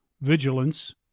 vigilance